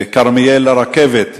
וכרמיאל לרכבת.